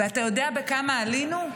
ואתה יודע בכמה עלינו?